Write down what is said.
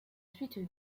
suite